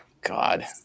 God